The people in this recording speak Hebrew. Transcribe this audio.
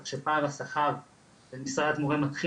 כך שפער השכר בין משרת מורה מתחיל